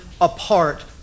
apart